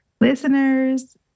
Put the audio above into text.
listeners